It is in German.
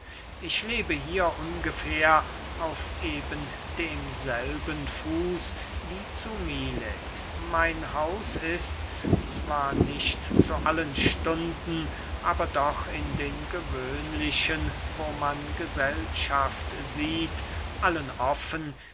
ich lebe hier ungefähr auf eben demselben fuß wie zu milet mein haus ist zwar nicht zu allen stunden aber doch in den gewöhnlichen wo man gesellschaft sieht allen offen